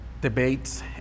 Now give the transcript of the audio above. debates